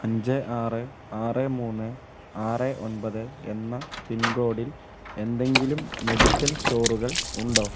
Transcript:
അഞ്ച് ആറ് ആറ് മൂന്ന് ആറ് ഒമ്പത് എന്ന പിൻകോഡിൽ എന്തെങ്കിലും മെഡിക്കൽ സ്റ്റോറുകൾ ഉണ്ടോ